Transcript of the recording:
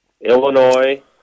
Illinois